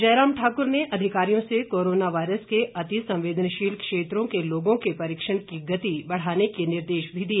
जयराम ठाकुर ने अधिकारियों से कोरोना वायरस के अति संवेदनशील क्षेत्रों के लोगों के परीक्षण की गति बढ़ाने के निर्देश भी दिए